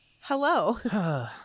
hello